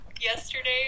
yesterday